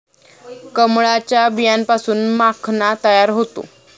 कमळाच्या बियांपासून माखणा तयार होतो